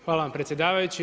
Hvala vam predsjedavajući.